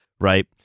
Right